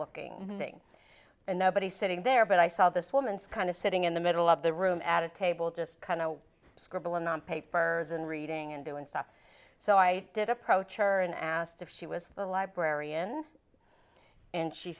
thing and nobody sitting there but i saw this woman's kind of sitting in the middle of the room at a table just kind of scribbling on papers and reading and doing stuff so i did approach her and asked if she was the librarian and she